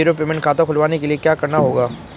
मुझे zero payment खाता खुलवाने के लिए क्या करना होगा?